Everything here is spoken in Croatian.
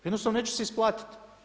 Jednostavno neće se isplatiti.